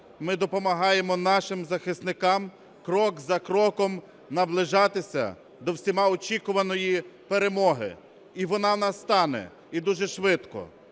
ми допомагаємо нашим захисникам крок за кроком наближатися до всіма очікуваної перемоги. І вона настане, і дуже швидко.